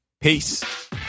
Peace